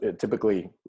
typically